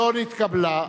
לא נתקבלה.